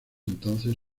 entonces